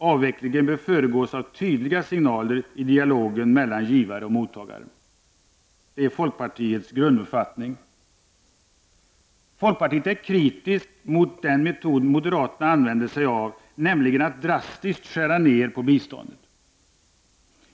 Avvecklingen bör föregås av tydliga signaler i dialogen mellan givare och mottagare. Det är folkpartiets grunduppfattning. Folkpartiet är kritiskt mot den metod moderaterna använder sig av, nämligen att drastiskt skära ned på biståndet.